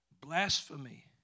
blasphemy